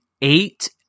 eight